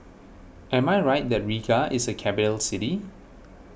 am I right that Riga is a capital city